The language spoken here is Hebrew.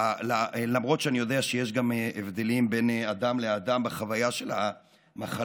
למרות שאני יודע שיש גם הבדלים בין אדם לאדם בחוויה של המחלה,